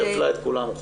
זה הפלה את כולם,